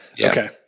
okay